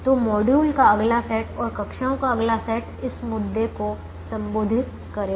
तो मॉड्यूल का अगला सेट और कक्षाओं का अगला सेट इस मुद्दे को संबोधित करेगा